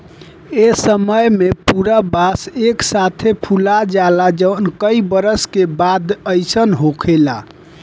ए समय में पूरा बांस एक साथे फुला जाला जवन कई बरस के बाद अईसन होखेला